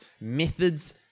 methods